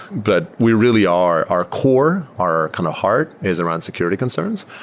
but we really are our core, our kind of heart is around security concerns,